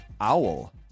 owl